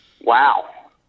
Wow